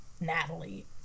Natalie